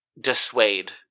dissuade